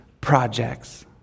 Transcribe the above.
projects